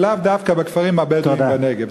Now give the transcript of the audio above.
ולאו דווקא בכפרים הבדואיים בנגב,